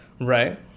right